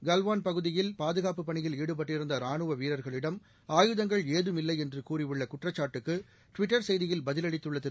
கல்வான் பகுதியில் பாதுகாப்புப் பணியில் ஈடுபட்டிருந்த ராணுவ வீரர்களிடம் ஆயுதங்கள் ஏதமில்லை என்று கூறியுள்ள குற்றச்சாட்டுக்கு ட்விட்டர் செய்தியில் பதிலளித்துள்ள திரு